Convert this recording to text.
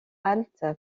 halte